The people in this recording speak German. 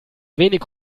wenig